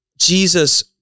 Jesus